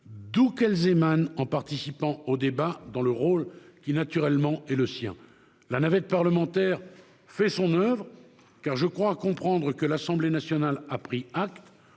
d'où qu'elles émanent, en participant aux débats, dans le rôle qui est le sien. La navette parlementaire fait son oeuvre, car je crois comprendre que l'Assemblée nationale a pris acte